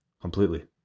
completely